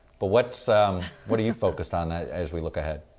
but what so what are you focused on as we look ahead?